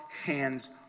hands